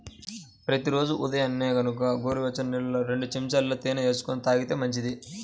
ప్రతి రోజూ ఉదయాన్నే గనక గోరువెచ్చని నీళ్ళల్లో రెండు చెంచాల తేనె వేసుకొని తాగితే మంచిది